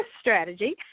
strategy